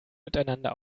miteinander